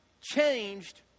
changed